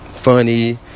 funny